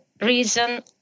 reason